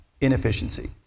inefficiency